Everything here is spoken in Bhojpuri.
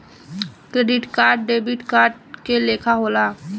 क्रेडिट कार्ड डेबिट कार्ड के लेखा होला